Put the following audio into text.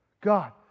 God